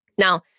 Now